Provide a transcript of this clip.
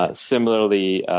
ah similarly,